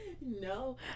No